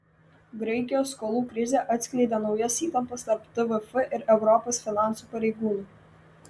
graikijos skolų krizė atskleidė naujas įtampas tarp tvf ir europos finansų pareigūnų